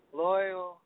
loyal